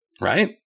right